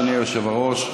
אדוני היושב-ראש,